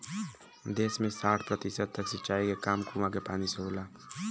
देस में साठ प्रतिशत तक सिंचाई के काम कूंआ के पानी से होला